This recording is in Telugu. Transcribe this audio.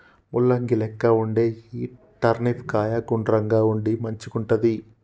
ముల్లంగి లెక్క వుండే ఈ టర్నిప్ కాయ గుండ్రంగా ఉండి మంచిగుంటది